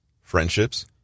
friendships